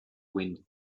wind